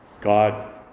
God